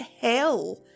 hell